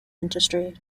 industry